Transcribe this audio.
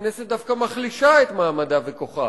הכנסת דווקא מחלישה את מעמדה וכוחה.